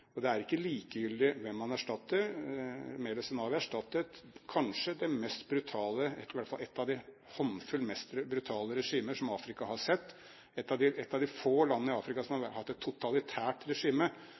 Derg-regimet. Det er ikke likegyldig hvem man erstatter. Meles Zenawi erstattet kanskje det mest brutale – i hvert fall et av en håndfull av de mest brutale – regimer som Afrika har sett. Det er et av de få land i Afrika som har